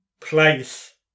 place